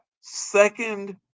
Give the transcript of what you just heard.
second